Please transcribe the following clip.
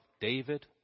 David